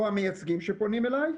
או המייצגים שפונים אלי,